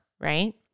right